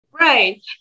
Right